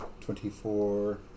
Twenty-four